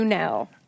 now